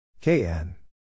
KN